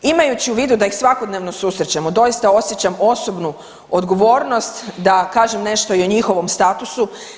Imajući u vidu da ih svakodnevno susrećemo doista osjećam osobnu odgovornost da kažem nešto i o njihovom statusu.